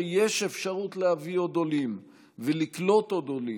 יש אפשרות להביא עוד עולים ולקלוט עוד עולים,